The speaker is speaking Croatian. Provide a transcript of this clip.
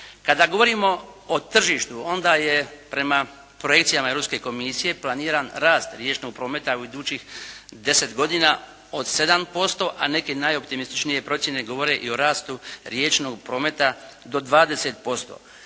Kada govorimo o tržištu onda je prema projekcijama Europske komisije planiran rast riječnog prometa u idućih 10 godina od 7% a neke najoptimističnije procjene govore i o rastu riječnog prometa, do 20%.